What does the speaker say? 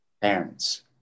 parents